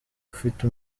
ufite